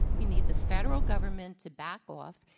we need the federal government to back off,